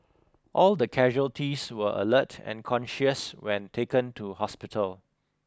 all the casualties were alert and conscious when taken to hospital